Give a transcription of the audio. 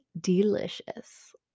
delicious